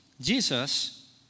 Jesus